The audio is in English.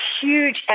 huge